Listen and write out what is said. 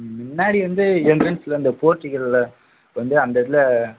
முன்னாடி வந்து எண்ட்ரன்ஸ் அந்த போர்ட்டிகளில் வந்து அந்த இதில்